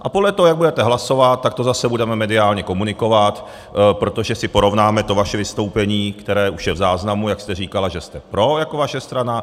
A podle toho, jak budete hlasovat, tak to zase budeme mediálně komunikovat, protože si porovnáme to vaše vystoupení, které už je v záznamu, jak jste říkala, že jste pro, jako vaše strana.